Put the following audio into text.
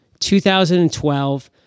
2012